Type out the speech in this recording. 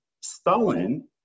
Stalin